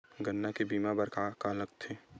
गन्ना के बीमा बर का का लगथे?